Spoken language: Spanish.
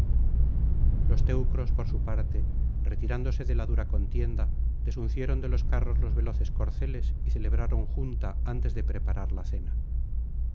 los teucros por su parte retirándose de la dura contienda desuncieron de los carros los veloces corceles y celebraron junta antes de preparar la cena